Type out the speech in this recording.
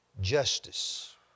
justice